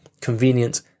convenient